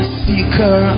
seeker